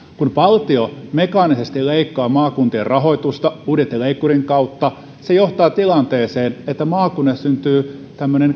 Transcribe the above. kun valtio mekaanisesti leikkaa maakuntien rahoitusta budjettileikkurin kautta se johtaa tilanteeseen että maakunnissa syntyy